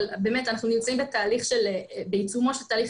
אבל באמת אנחנו נמצאים בעיצומו של תהליך